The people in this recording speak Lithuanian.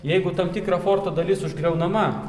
jeigu tam tikra forto dalis užgriaunama